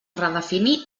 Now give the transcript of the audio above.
redefinir